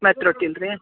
ಮತ್ತೆ ರೊಟ್ಟಿ ಇಲ್ರಿ